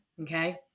okay